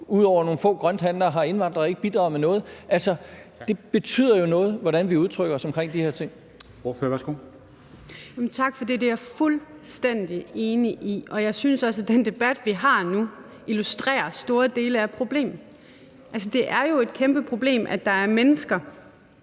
ud over nogle få grønthandlere har indvandrere ikke bidraget med noget. Altså, det betyder jo noget, hvordan vi udtrykker os omkring de her ting. Kl. 15:58 Formanden (Henrik Dam Kristensen): Ordføreren, værsgo. Kl. 15:58 Pernille Skipper (EL): Tak for det. Det er jeg fuldstændig enig i, og jeg synes også, at den debat, vi har nu, illustrerer store dele af problemet. Altså, det er jo et kæmpe problem, at der er mennesker,